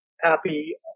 happy